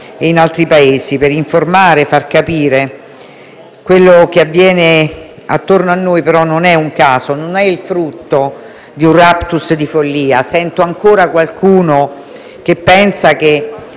e in altri Paesi, per informare e far capire. Quello che avviene attorno a noi, però, non è un caso, non è il frutto di un *raptus* di follia. Sento ancora qualcuno che pensa che